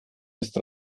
ist